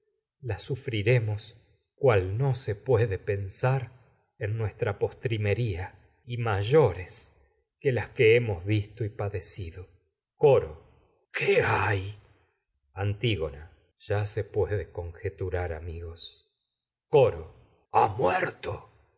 las sufriremos cual no puede pensar en nuestra postrimería y mayores que las que hemos vis to y padecido coro qué hay antígona ya se puede conjeturar amigos coro ha muerto